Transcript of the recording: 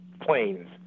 planes